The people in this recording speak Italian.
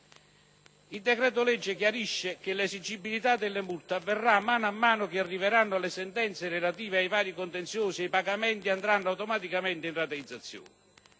Il decreto-legge chiarisce che l'esigibilità delle multe avverrà a mano a mano che arriveranno le sentenze relative ai vari contenziosi e i pagamenti andranno automaticamente in rateizzazione.